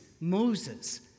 Moses